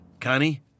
Connie